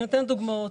אני אתן דוגמאות.